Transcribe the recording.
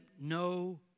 no